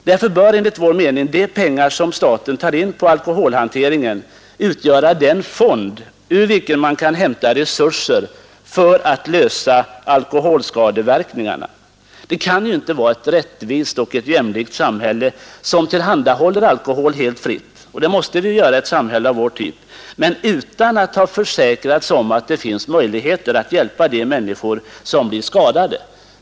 Därför bör enligt vår mening de pengar som staten tar in på alkoholhanteringen utgöra den fond ur vilken man kan hämta resurser för att bota alkoholskadeverkningarna. Det kan inte vara ett rättvist och ett jämlikt samhälle som tillhandahåller alkohol helt fritt — och det måste man göra i ett samhälle av den typ vi har — utan att ha försäkrat sig om att det finns möjligheter att hjälpa de människor som blir skadade.